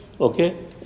Okay